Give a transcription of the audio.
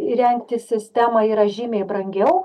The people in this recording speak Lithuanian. įrengti sistemą yra žymiai brangiau